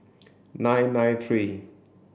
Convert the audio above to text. nine nine three